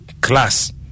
class